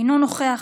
אינו נוכח,